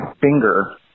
finger